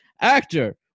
actor